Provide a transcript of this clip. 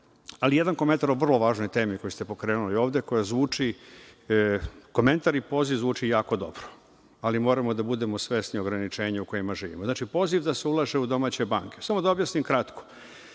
+25S.Jedan komentar o vrlo važnoj temi koju ste pokrenuli ovde. Komentar i poziv zvuči jako dobro, ali moramo da budemo svesni ograničenja o kojima živimo. Znači, poziv da se ulaže u domaće banke, samo da objasnim kratko.